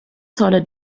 solle